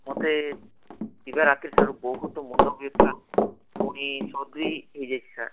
ମୋତେ ଦିବା ରାତ୍ରିଠାରୁ ବହୁତ ମୁଣ୍ଡ ବିନ୍ଧା ପୁଣି ସର୍ଦି ହୋଇଯାଇଛି ସାର୍